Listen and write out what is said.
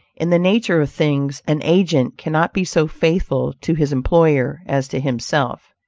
in the nature of things, an agent cannot be so faithful to his employer as to himself.